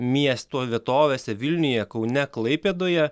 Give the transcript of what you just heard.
miesto vietovėse vilniuje kaune klaipėdoje